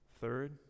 Third